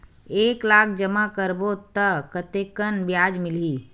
एक लाख जमा करबो त कतेकन ब्याज मिलही?